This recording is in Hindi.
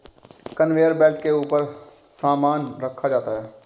कनवेयर बेल्ट के ऊपर सामान रखा जाता है